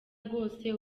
rwose